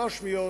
מילים